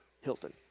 Hilton